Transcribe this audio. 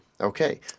Okay